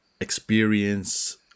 experience